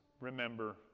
remember